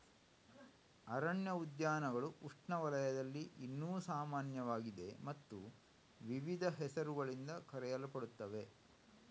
ಅರಣ್ಯ ಉದ್ಯಾನಗಳು ಉಷ್ಣವಲಯದಲ್ಲಿ ಇನ್ನೂ ಸಾಮಾನ್ಯವಾಗಿದೆ ಮತ್ತು ವಿವಿಧ ಹೆಸರುಗಳಿಂದ ಕರೆಯಲ್ಪಡುತ್ತವೆ